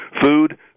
Food